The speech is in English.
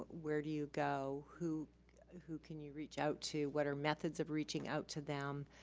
where do you go? who who can you reach out to? what our methods of reaching out to them?